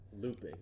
looping